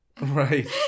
Right